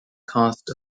caused